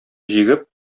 җигеп